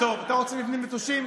טוב, אתה רוצה מבנים נטושים?